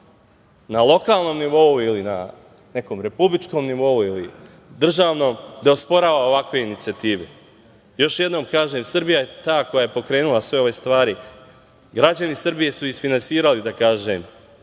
na lokalnom nivou ili na nekom republičkom nivou ili državnom da osporava ovakve inicijative. Još jednom kažem, Srbija je ta koja je pokrenula sve ove stvari. Građani Srbije su isfinansirali, da kažem,